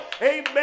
Amen